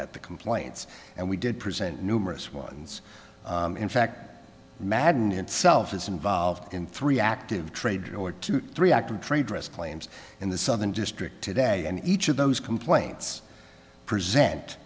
at the complaints and we did present numerous ones in fact madden itself is involved in three active trade or two three active trade dress claims in the southern district today and each of those complaints present